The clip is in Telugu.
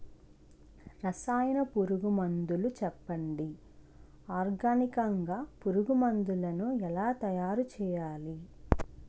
రసాయన పురుగు మందులు చెప్పండి? ఆర్గనికంగ పురుగు మందులను ఎలా తయారు చేయాలి?